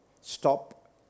stop